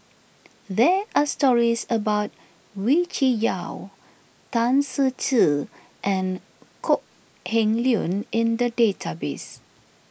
there are stories about Wee Cho Yaw Tan Ser Cher and Kok Heng Leun in the database